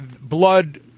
blood